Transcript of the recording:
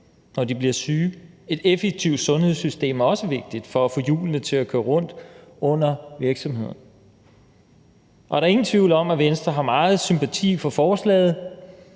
når de bliver syge? Et effektivt sundhedssystem er også vigtigt for at få hjulene til at køre rundt under virksomhederne. Der er ingen tvivl om, at Venstre har meget sympati for forslaget,